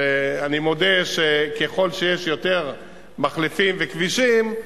ואני מודה שככל שיש יותר מחלפים וכבישים,